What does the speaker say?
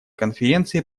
конференции